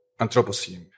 Anthropocene